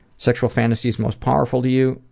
sexual fantasies most powerful to you?